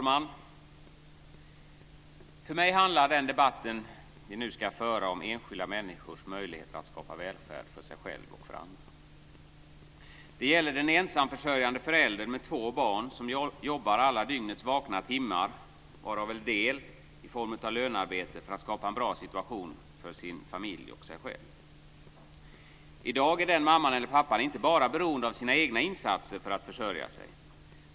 Fru talman! För mig handlar den debatt vi nu för om enskilda människors möjlighet att skapa välfärd för sig själva och för andra. Det gäller den ensamförsörjande föräldern med två barn som jobbar alla dygnets vakna timmar, varav en del i form av lönearbete, för att skapa en bra situation för sin familj och sig själv. I dag är den mamman eller pappan inte bara beroende av sina egna insatser för att försörja sig.